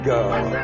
God